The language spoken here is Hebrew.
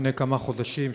לפני כמה חודשים,